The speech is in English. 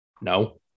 No